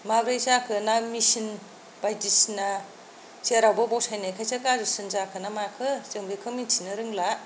माबोरै जाखो ना मेचिन बायदिसिना जेरावबो बसायनायखायसो गाज्रिसिन जाखोना माखो जों बेखौ मिथिनो रोंला